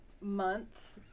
month